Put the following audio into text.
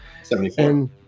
74